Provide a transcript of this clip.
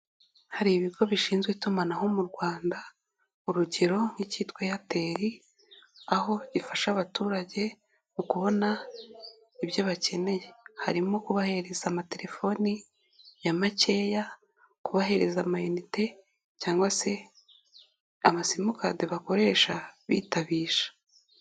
Hari ibigo bishinzwe itumanaho mu Rwanda, urugero nk'ikitwa Eyateri, aho ifasha abaturage kubona ibyo bakeneye, harimo kubahereza amatelefoni ya makeya, kubahereza amayinite cyangwa se abasimukadi bakoresha bitabisha.